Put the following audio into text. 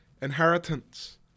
inheritance